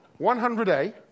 100A